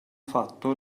fatto